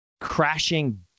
crashing